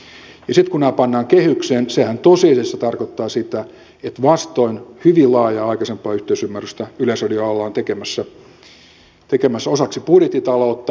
ja sitten kun nämä pannaan kehykseen sehän tosiasiassa tarkoittaa sitä että vastoin hyvin laajaa aikaisempaa yhteisymmärrystä yleisradiota ollaan tekemässä osaksi budjettitaloutta